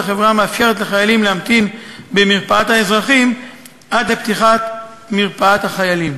החברה מאפשרת לחיילים להמתין במרפאת האזרחים עד לפתיחת מרפאת החיילים.